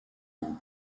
courbe